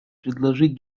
предложить